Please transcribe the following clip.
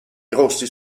rossi